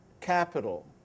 capital